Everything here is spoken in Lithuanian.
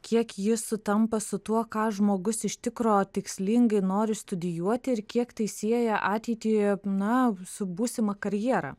kiek jis sutampa su tuo ką žmogus iš tikro tikslingai nori studijuoti ir kiek tai sieja ateitį na su būsima karjera